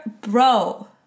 Bro